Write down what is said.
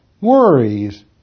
worries